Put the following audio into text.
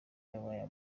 zabaye